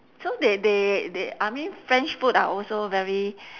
so they they they I mean french food are also very